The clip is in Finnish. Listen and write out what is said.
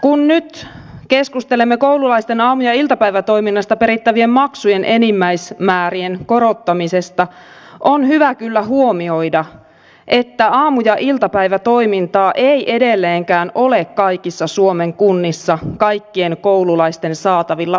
kun nyt keskustelemme koululaisten aamu ja iltapäivätoiminnasta perittävien maksujen enimmäismäärien korottamisesta on hyvä kyllä huomioida että aamu ja iltapäivätoimintaa ei edelleenkään ole kaikissa suomen kunnissa kaikkien koululaisten saatavilla ollenkaan